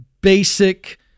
basic